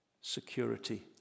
security